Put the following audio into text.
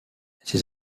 ses